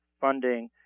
funding